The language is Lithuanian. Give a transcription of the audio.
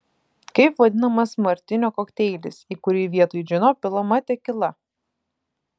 kaip vadinamas martinio kokteilis į kurį vietoj džino pilama tekila